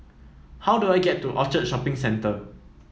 how do I get to Orchard Shopping Centre